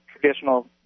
traditional